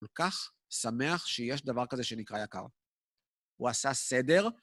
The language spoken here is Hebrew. כל כך שמח שיש דבר כזה שנקרא יקר. הוא עשה סדר.